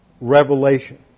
revelation